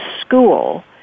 school